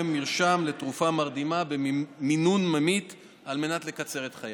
מרשם לתרופה מרדימה במינון ממית על מנת לקצר את חייו.